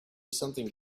something